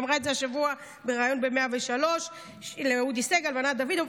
היא אמרה את זה השבוע בריאיון ב-103 לאודי סגל וענת דוידוב,